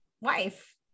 wife